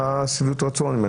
מה שביעות הרצון שלהם?